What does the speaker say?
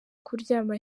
kuryama